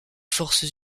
forces